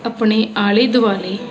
ਆਪਣੇ ਆਲੇ ਦੁਆਲੇ